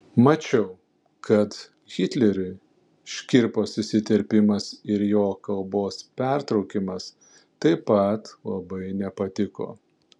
mačiau kad hitleriui škirpos įsiterpimas ir jo kalbos pertraukimas taip pat labai nepatiko